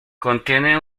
contiene